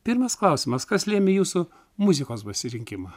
pirmas klausimas kas lėmė jūsų muzikos pasirinkimą